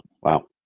wow